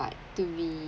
but to be